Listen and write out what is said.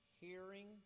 Hearing